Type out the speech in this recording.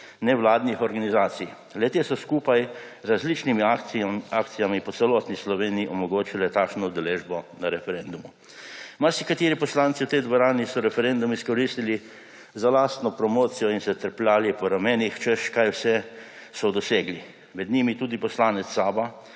nevladnih organizacij. Le-te so skupaj z različnimi akcijami po celotni Sloveniji omogočile takšno udeležbo na referendumu. Marsikateri poslanci v tej dvorani so referendum izkoristili za lastno promocijo in se trepljali po ramenih, češ, kaj vse so dosegli. Med njimi tudi poslanec SAB,